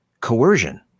coercion